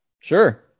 Sure